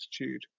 attitude